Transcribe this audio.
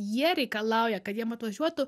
jie reikalauja kad jiem atvažiuotų